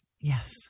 Yes